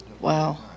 Wow